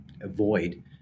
avoid